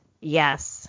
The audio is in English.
Yes